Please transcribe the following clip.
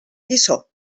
lliçó